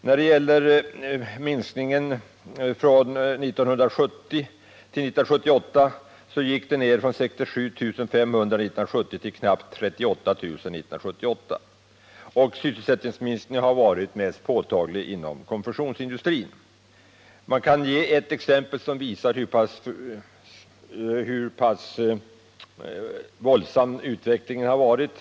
När det gäller minskningen från 1970 till 1978, så gick antalet ner från 67 500 år 1970 till knappt 38 000 år 1978. Sysselsättningsminskningen har varit mest påtaglig inom konfektionsindustrin. Jag kan ge ett exempel som visar hur pass våldsam den nedåtgående utvecklingen har varit.